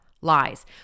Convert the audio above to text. lies